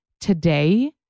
today